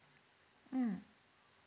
mm